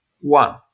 one